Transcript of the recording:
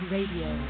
Radio